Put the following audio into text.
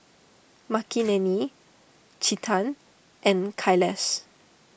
Makineni Chetan and Kailash